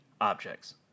objects